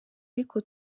ariko